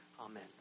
amen